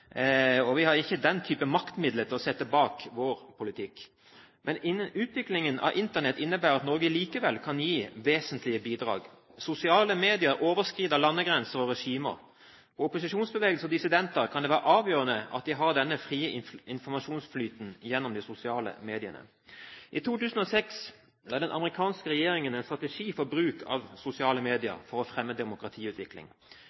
og vi har ikke den type maktmidler å sette bak vår politikk. Men utviklingen av Internett innebærer at Norge likevel kan gi vesentlige bidrag. Sosiale medier overskrider landegrenser og regimer. For opposisjonsbevegelser og dissidenter kan det være avgjørende at de har denne frie informasjonsflyten gjennom de sosiale mediene. I 2006 la den amerikanske regjeringen en strategi for bruk av sosiale medier